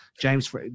james